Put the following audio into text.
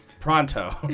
Pronto